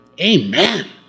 Amen